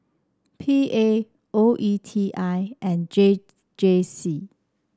P A O E T I and J J C